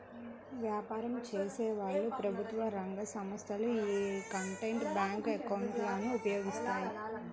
వ్యాపారం చేసేవాళ్ళు, ప్రభుత్వ రంగ సంస్ధలు యీ కరెంట్ బ్యేంకు అకౌంట్ ను ఉపయోగిస్తాయి